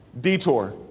detour